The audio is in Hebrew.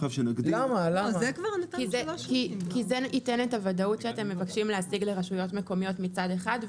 כי זה ייתן את הוודאות שאתם מבקשים להשיג לרשויות מקומיות מצד אחד,